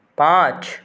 पाँच